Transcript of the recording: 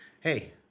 hey